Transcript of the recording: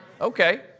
Okay